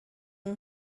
yng